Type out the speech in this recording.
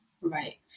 Right